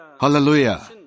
Hallelujah